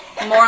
More